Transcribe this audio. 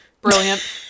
brilliant